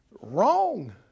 Wrong